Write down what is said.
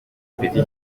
ipeti